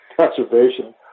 conservation